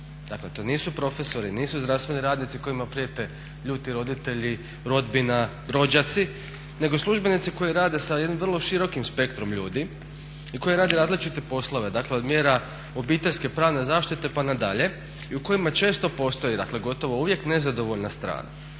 Dakle, to nisu profesori, nisu zdravstveni radnici kojima prijete ljuti roditelji, rodbina, rođaci nego službenici koji rade sa jednim vrlo širokim spektrom ljudi i koji rade različite poslove dakle, od mjera obiteljske pravne zaštite pa nadalje i u kojima često postoji, dakle gotovo uvijek, nezadovoljna strana.